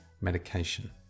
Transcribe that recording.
medication